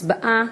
הצבעה.